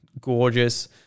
gorgeous